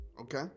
okay